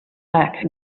back